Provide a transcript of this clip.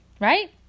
right